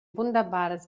wunderbares